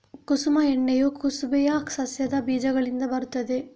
ಕುಸುಮ ಎಣ್ಣೆಯು ಕುಸುಬೆಯ ಸಸ್ಯದ ಬೀಜಗಳಿಂದ ಬರುತ್ತದೆ